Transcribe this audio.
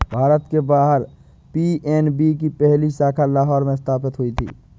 भारत के बाहर पी.एन.बी की पहली शाखा लाहौर में स्थापित हुई थी